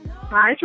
Hi